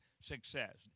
success